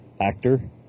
actor